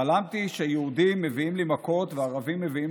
חלמתי שיהודים מביאים לי מכות וערבים מביאים